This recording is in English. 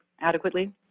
adequately